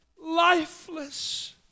lifeless